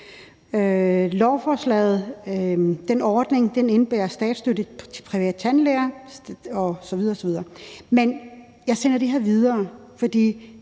lovforslaget indebærer statsstøtte til private tandlæger osv. osv. Men jeg sender det her videre, for